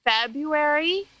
February